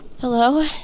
Hello